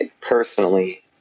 personally